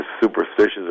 superstitious